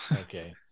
Okay